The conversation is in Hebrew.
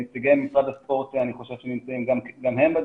אני חושב שגם נציגי משרד הספורט נמצאים בדיון,